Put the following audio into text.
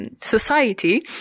society